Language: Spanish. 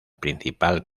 principal